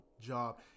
job